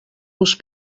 vos